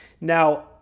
Now